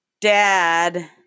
dad